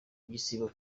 igisibo